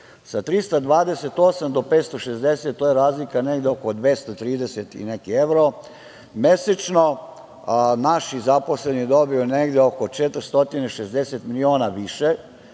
Sa 328 do 560 to je razlika oko 230 i neki evro. Mesečno naši zaposleni dobiju negde oko 460 miliona više,